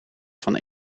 van